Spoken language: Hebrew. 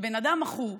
ובן אדם מכור,